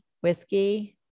whiskey